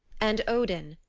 and odin,